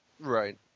Right